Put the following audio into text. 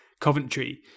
Coventry